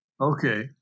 Okay